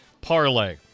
parlay